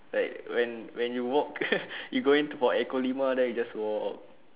like when when you walk you go in for echo lima then you just walk